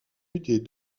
des